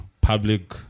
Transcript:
public